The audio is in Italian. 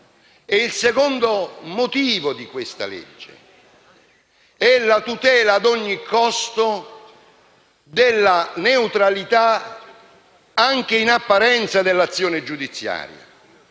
il secondo scopo di questa legge sia la tutela ad ogni costo della neutralità, anche in apparenza, dell'azione giudiziaria.